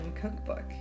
cookbook